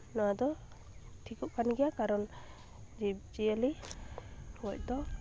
ᱱᱚᱣᱟ ᱫᱚ ᱴᱷᱤᱠᱚᱜ ᱠᱟᱱ ᱜᱮᱭᱟ ᱠᱟᱨᱚᱱ ᱡᱤᱵᱽᱼᱡᱤᱭᱟᱹᱞᱤ ᱜᱚᱡ ᱫᱚ